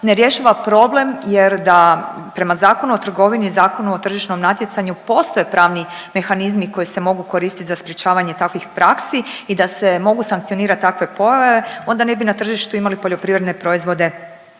ne rješava problem jer da prema Zakonu o trgovini i Zakonu o tržišnom natjecanju postoje pravni mehanizmi koji se mogu koristit za sprječavanje takvih praksi i da se mogu sankcionirati takve pojave onda ne bi na tržištu imali poljoprivredne proizvode